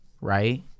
right